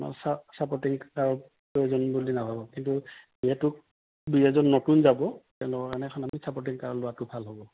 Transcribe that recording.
আমাৰ ছাপৰ্টিং কাৰৰ প্ৰয়োজন বুলি নাভাবোঁ কিন্তু যিহেতু দুই এজন নতুন যাব তেওঁলোকৰ কাৰণে এখন আমি ছাপৰ্টিং কাৰ লোৱাটো ভাল হ'ব